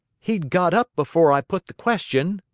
he'd got up before i put the question,